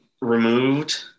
removed